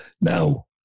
Now